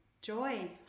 joy